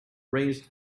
raised